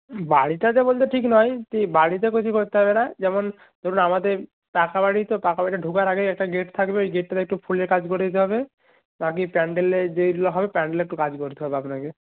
বাড়িটাতে বলতে ঠিক নয় বাড়িতে কিছু করতে হবে না যেমন ধরুন আমাদের পাকা বাড়ি তো পাকা বাড়িতে ঢোকার আগেই একটা গেট থাকবে ওই গেটটাতে একটু ফুলের কাজ করে দিতে হবে বাকি প্যান্ডেলে যেইগুলো হবে প্যান্ডেলে একটু কাজ করতে হবে আপনাকে